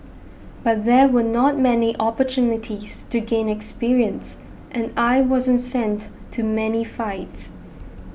but there were not many opportunities to gain experience and I wasn't sent to many fights